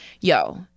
Yo